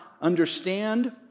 understand